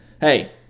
hey